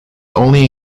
only